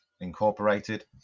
Incorporated